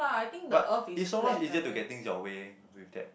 but is so much easier to get thing your way with that